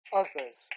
others